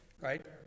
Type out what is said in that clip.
Right